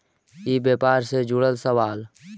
ई व्यापार से जुड़ल सवाल?